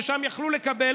ששם יכלו לקבל,